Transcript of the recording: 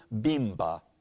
Bimba